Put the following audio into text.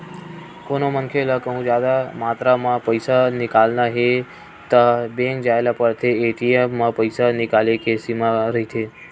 कोनो मनखे ल कहूँ जादा मातरा म पइसा निकालना हे त बेंक जाए ल परथे, ए.टी.एम म पइसा निकाले के सीमा रहिथे